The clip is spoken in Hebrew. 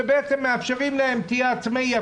שמאפשרים להם להיות עצמאי.